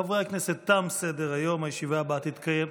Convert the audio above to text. חברי הכנסת, תם סדר-היום, הודעה?